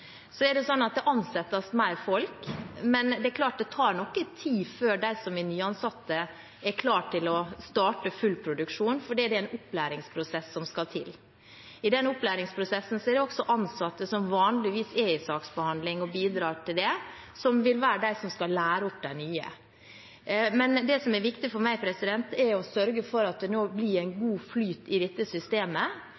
Så er det slik at det ansettes mer folk, men det er klart at det tar litt tid før de nyansatte er klare til å starte full produksjon, fordi det er en opplæringsprosess som skal til. I den opplæringsprosessen vil også ansatte som vanligvis er i saksbehandling og bidrar i den, være dem som skal lære opp de nye. Men det som er viktig for meg, er å sørge for at det nå blir en